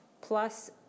Plus